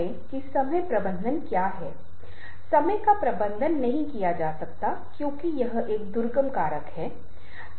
और बाद की स्लाइडों में से एक में जहां हम मल्टीमीडिया के साथ सौदा करते हैं मैंने पहले ही चर्चा की है कि हम ऐसा कर रहे हैं कि हम इनमें से कुछ पहलुओं को अधिक विस्तृत तरीके से देखेंगे